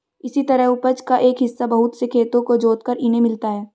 इसी तरह उपज का एक हिस्सा बहुत से खेतों को जोतकर इन्हें मिलता है